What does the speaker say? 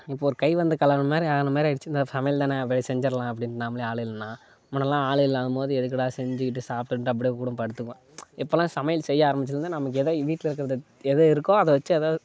இப்போ ஒரு கை வந்த மாதிரி ஆன மாதிரி ஆகிடுச்சு இந்த சமையல் தானே அப்படியே செஞ்சிடலாம் அப்படின்னு நாமளே ஆள் இல்லைனா முன்னடிலாம் ஆள் இல்லாதபோது எதுக்குடா செஞ்சு கிட்டு சாப்பிட்டு அப்படியே படுத்துக்குவன் இப்பலாம் சமையல் செய்ய ஆரம்பிச்சதுலேந்து நம்ம எது வீட்டில் இருக்கிறத எது இருக்கோ அதை வச்சு ஏதாவது